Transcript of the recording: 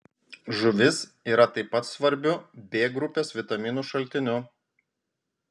žuvis yra taip pat svarbiu b grupės vitaminų šaltiniu